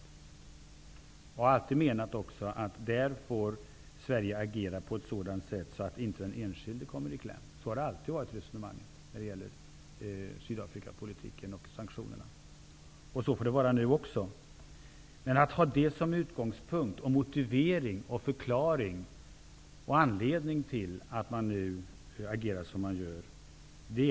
Jag har alltid menat att Sverige får agera på ett sådant sätt att den enskilde inte kommer i kläm. Så har jag alltid resonerat när det gäller Sydafrikapolitiken och sanktionerna. Så får det bli nu också. Men det är ett övergivande av svensk politik gentemot Sydafrika att ha det som utgångspunkt, motivering, förklaring och anledning till att man agerar som man gör.